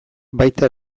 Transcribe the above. baita